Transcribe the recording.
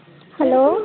hello